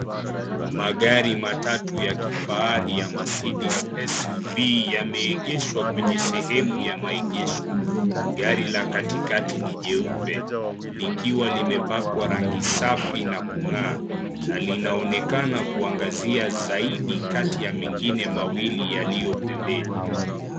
Magari matatu ya kifahari ya Mercedes SUV yameegeshwa kwenye sehemu ya maegesho. Gari la katikati ni jeupe likiwa limepakwa rangi safi na linaonekana kuangazia kati ya mengine mawili yaliyo pembeni.